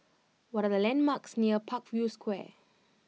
what are the landmarks near Parkview Square